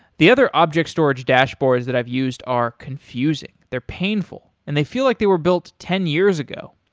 the other object storage dashboards that i've used are confusing. they're painful, and they feel like they were built ten years ago.